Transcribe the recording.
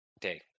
day